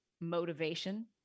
motivation